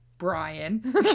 brian